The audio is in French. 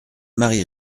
marie